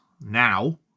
Now